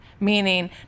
Meaning